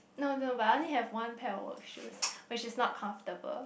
no no but I only have one pair of work shoes which is not comfortable